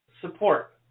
support